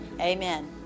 amen